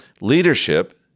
Leadership